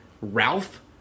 Ralph